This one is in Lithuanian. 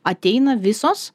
ateina visos